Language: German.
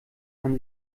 kann